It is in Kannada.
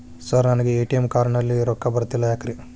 ಸರ್ ನನಗೆ ಎ.ಟಿ.ಎಂ ಕಾರ್ಡ್ ನಲ್ಲಿ ರೊಕ್ಕ ಬರತಿಲ್ಲ ಯಾಕ್ರೇ?